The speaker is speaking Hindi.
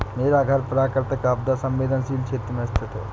मेरा घर प्राकृतिक आपदा संवेदनशील क्षेत्र में स्थित है